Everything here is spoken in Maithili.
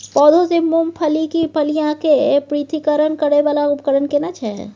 पौधों से मूंगफली की फलियां के पृथक्करण करय वाला उपकरण केना छै?